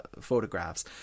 photographs